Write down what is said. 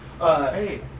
Hey